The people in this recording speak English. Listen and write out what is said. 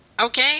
okay